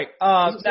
right